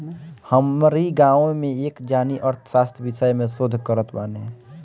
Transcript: हमरी गांवे में एक जानी अर्थशास्त्र विषय में शोध करत बाने